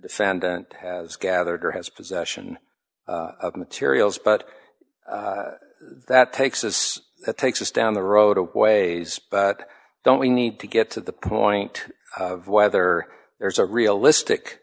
defendant has gathered or has possession of materials but that takes us takes us down the road a ways but don't we need to get to the point of whether there's a realistic